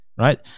right